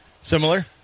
Similar